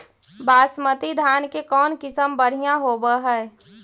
बासमती धान के कौन किसम बँढ़िया होब है?